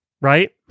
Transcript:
Right